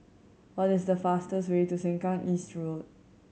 what is the fastest way to Sengkang East Road